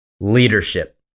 leadership